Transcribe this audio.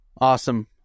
Awesome